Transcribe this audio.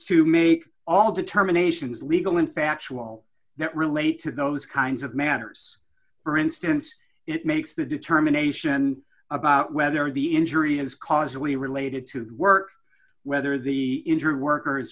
to make all determinations legal and factual that relate to those kinds of matters for instance it makes the determination about whether the injury is causally related to work whether the injured workers